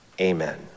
Amen